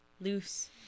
loose